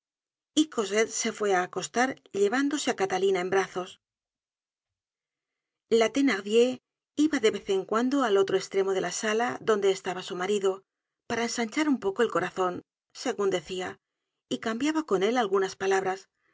y cosette se fué á acostar llevándose á catalina en brazos la thenardier iba de vez en cuando al otro estremo de la sala donde estaba su marido para ensanchar un poco el corazon segun decia y cambiaba con él algunas palabras